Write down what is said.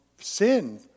sin